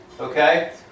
Okay